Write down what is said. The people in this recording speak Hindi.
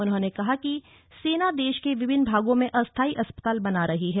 उन्होंने कहा कि सेना देश के विभिन्न भागों में अस्थायी अस्पताल बना रही है